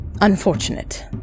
unfortunate